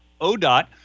ODOT